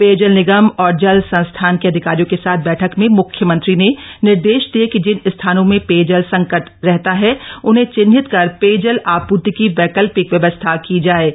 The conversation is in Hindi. पेयजल निगम और जल संस्थान के अधिकारियों के साथ बैठक में मुख्यमंत्री ने निर्देश दिये कि जिन स्थामों में पेयजल संकट रहता है उन्हें चिन्हित कर पेयजल आपूर्ति की वैकल्पिक व्यवस्थ की जपए